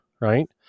right